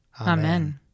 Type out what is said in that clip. Amen